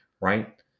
right